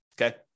Okay